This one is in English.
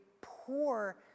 poor